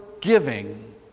giving